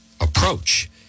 approach